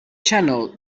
channel